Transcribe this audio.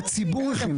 שהציבור הכין לנו.